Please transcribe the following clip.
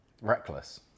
Reckless